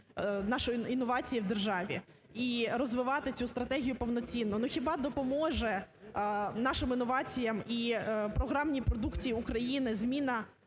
наші інновації в державі і розвивати цю стратегію повноцінно? Ну хіба допоможе нашим інноваціям і програмній продукції України зміна